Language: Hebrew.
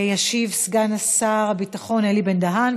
ישיב סגן שר הביטחון אלי בן-דהן,